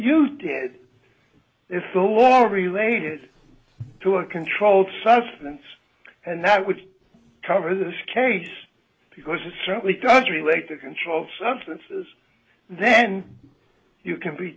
you did if the law related to a controlled substance and that would cover this case because it certainly does relate to controlled substances then you can be